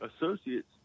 associates